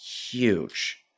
huge